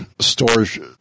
storage